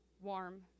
warm